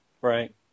Right